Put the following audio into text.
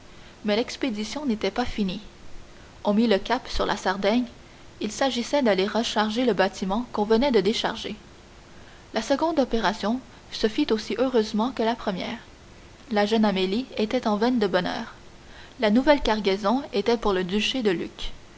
mais l'expédition n'était pas finie on mit le cap sur la sardaigne il s'agissait d'aller recharger le bâtiment qu'on venait de décharger la seconde opération se fit aussi que la première la jeune amélie était en veine de bonheur la nouvelle cargaison était pour le duché de lucques